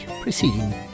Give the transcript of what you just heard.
preceding